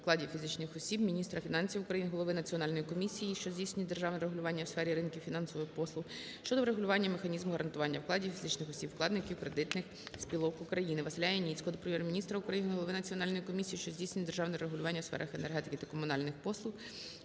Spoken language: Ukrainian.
вкладів фізичних осіб, міністра фінансів України, голови Національної комісії, що здійснює державне регулювання у сфері ринків фінансових послуг щодо врегулювання механізму гарантування вкладів фізичних осіб-вкладників кредитних спілок України. Василя Яніцького до Прем'єр-міністра України, голови Національної комісії, що здійснює державне регулювання у сферах енергетики та комунальних послуг,